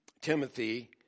Timothy